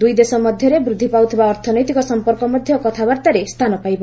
ଦୁଇ ଦେଶ ମଧ୍ୟରେ ବୃଦ୍ଧି ପାଉଥିବା ଅର୍ଥନୈତିକ ସମ୍ପର୍କ ମଧ୍ୟ କଥାବାର୍ତ୍ତାରେ ସ୍ଥାନ ପାଇବ